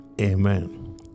Amen